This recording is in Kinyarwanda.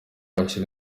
hashira